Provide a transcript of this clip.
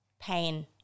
pain